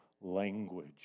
language